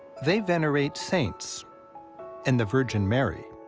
they venerate saints and the virgin mary,